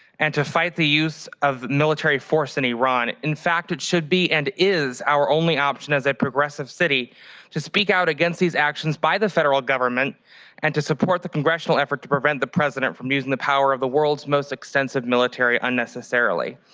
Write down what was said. and to fight the use of military force in iran. in fact, you should be and is our only option as a progressive city to speak out against these actions by the federal government and can't support the congressional effort to prevent the president from using the power of the world's most extensive military unnecessarily.